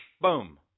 Boom